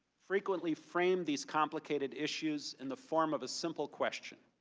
frequently frame these complicated issues in the form of a simple question.